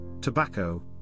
tobacco